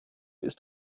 ist